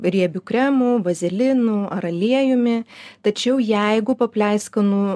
riebiu kremu vazelinu ar aliejumi tačiau jeigu po pleiskanų